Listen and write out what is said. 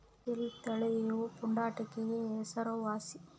ಅಸೀಲ್ ತಳಿಯು ಪುಂಡಾಟಿಕೆಗೆ ಹೆಸರುವಾಸಿ